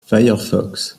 firefox